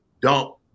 dump